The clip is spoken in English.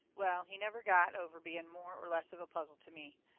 well, he never got over being more or less of a puzzle to me.